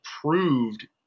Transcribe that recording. proved